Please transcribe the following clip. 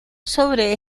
sobre